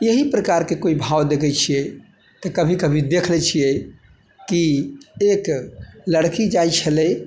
एही प्रकारके कोइ भाव देखै छियै तऽ कभी कभी देख लै छियै कि एक लड़की जाइ छलै